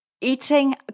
Eating